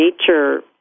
nature